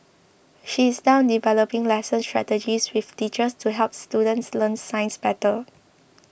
she is now developing lesson strategies with teachers to help students learn science better